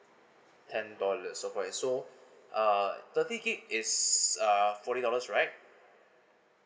ten dollar so for and so uh thirty gigabyte is uh forty dollars right